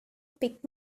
pick